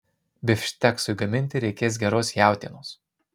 bifšteksui gaminti reikės geros jautienos